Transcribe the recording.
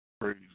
Praise